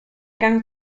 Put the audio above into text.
gang